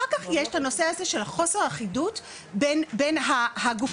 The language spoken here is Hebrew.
אחר כך יש את הנושא הזה של חוסר אחידות בין הגופים השונים.